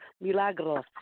Milagros